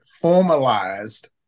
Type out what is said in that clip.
formalized